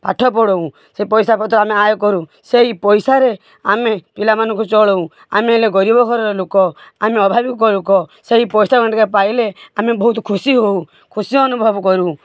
ପାଠ ପଢ଼ାଉ ସେଇ ପଇସାପତ୍ର ଆମେ ଆୟ କରୁ ସେଇ ପଇସାରେ ଆମେ ପିଲାମାନଙ୍କୁ ଚଳାଉ ଆମେ ହେଲେ ଗରିବ ଘରର ଲୋକ ଆମେ ଅଭାବିକ ଲୋକ ସେଇ ପଇସା ଗଣ୍ଡିକ ପାଇଲେ ଆମେ ବହୁତ ଖୁସି ହଉ ଖୁସି ଅନୁଭବ କରୁ